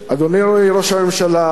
אדוני ראש הממשלה,